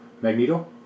magneto